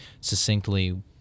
succinctly